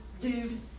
dude